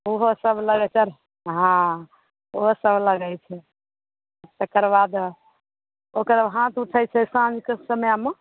ओहो सभ लगै हॅं ओहो सभ लगै छै तकर बाद ओकर हाथ उठै छै साँझके समयमे